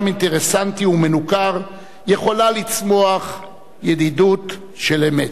אינטרסנטי ומנוכר יכולה לצמוח ידידות של אמת.